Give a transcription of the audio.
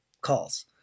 calls